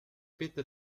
bitte